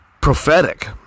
prophetic